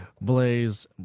Blaze